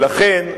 ולכן,